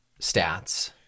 stats